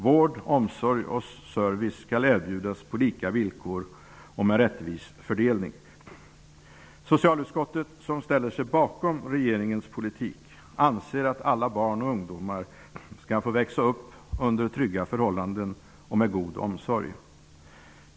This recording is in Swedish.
Vård, omsorg och service skall erbjudas på lika villkor och med rättvis fördelning. Socialutskottet, som ställer sig bakom regeringens politik, anser att alla barn och ungdomar skall få växa upp under trygga förhållanden och med god omsorg.